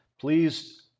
please